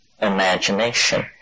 imagination